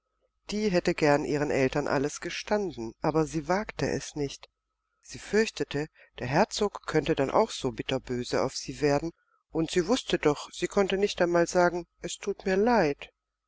die hätte gern ihren eltern alles gestanden aber sie wagte es nicht sie fürchtete der herzog könnte dann auch so bitterböse auf sie werden und sie wußte doch sie konnte nicht einmal sagen es tut mir leid